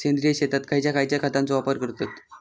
सेंद्रिय शेतात खयच्या खयच्या खतांचो वापर करतत?